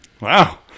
Wow